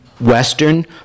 western